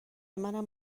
منم